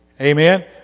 Amen